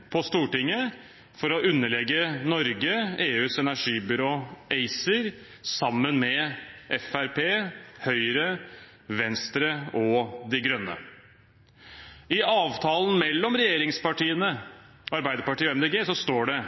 på Stortinget – sammen med Fremskrittspartiet, Høyre, Venstre og De Grønne – for å underlegge Norge EUs energibyrå, ACER. I avtalen mellom regjeringspartiene, Arbeiderpartiet og Miljøpartiet De Grønne står det: